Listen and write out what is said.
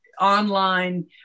online